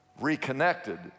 reconnected